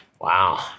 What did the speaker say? Wow